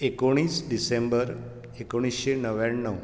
एकोणीस डिसेंबर एकोण्णीशें णव्याण्णव